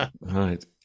Right